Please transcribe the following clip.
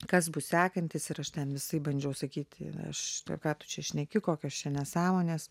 kas bus sekantis ir aš ten visaip bandžiau sakyti aš tai ką tu čia šneki kokios čia nesąmonės